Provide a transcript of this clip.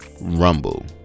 Rumble